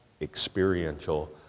experiential